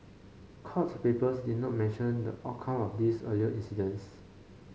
court papers did not mention the outcome of these earlier incidents